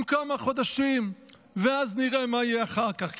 עם כמה חודשים, ואז נראה מה יהיה אחר כך.